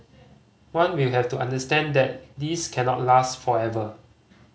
one will have to understand that this cannot last forever